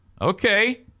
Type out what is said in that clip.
Okay